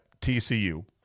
TCU